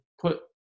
put